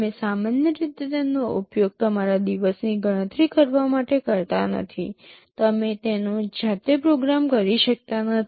તમે સામાન્ય રીતે તેનો ઉપયોગ તમારા દિવસની ગણતરી માટે કરતા નથી તમે તેનો જાતે પ્રોગ્રામ કરી શકતા નથી